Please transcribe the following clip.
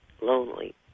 lonely